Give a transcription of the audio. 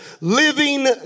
living